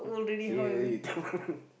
yeah you